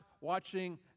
watching